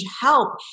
help